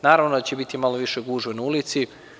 Naravno da će biti malo više gužve naulici.